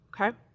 Okay